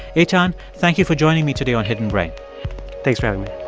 eitan, thank you for joining me today on hidden brain thanks for having me